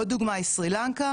עוד דוגמה היא סרי לנקה,